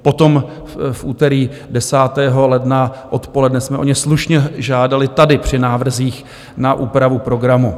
Potom v úterý 10. ledna odpoledne jsme o ně slušně žádali tady při návrzích na úpravu programu.